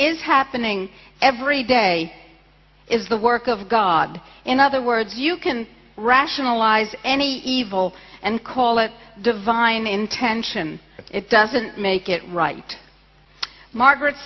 is happening every day is the work of god in other words you can rationalize any evil and call it divine intention but it doesn't make it right margaret